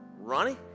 Ronnie